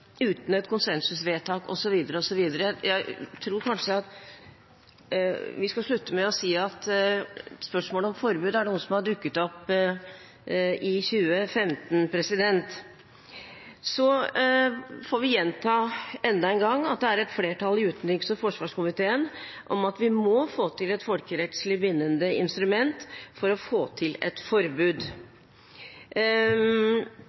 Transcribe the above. uten et konsensusvedtak osv. Jeg tror vi kanskje skal slutte med å si at spørsmålet om forbud er noe som har dukket opp i 2015. Vi får gjenta enda en gang at et flertall i utenriks- og forsvarskomiteen er for at vi må få til et folkerettslig bindende instrument for å få til et forbud.